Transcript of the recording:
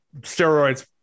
steroids